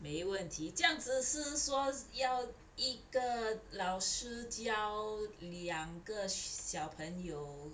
没问题这样子就是说要一个老师教两个小朋友